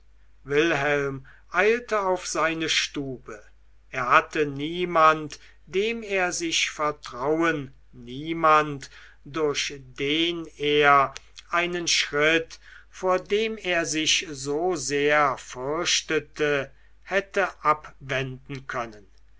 wilhelm eilte auf seine stube er hatte niemand dem er sich vertrauen niemand durch den er einen schritt vor dem er sich so sehr fürchtete hätte abwenden können